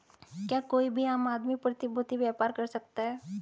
क्या कोई भी आम आदमी प्रतिभूती व्यापार कर सकता है?